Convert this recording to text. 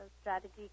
strategy